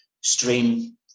stream